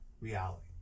reality